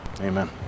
Amen